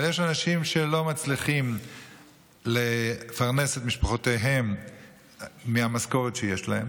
אבל יש אנשים שלא מצליחים לפרנס את משפחותיהם מהמשכורת שיש להם,